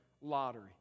lottery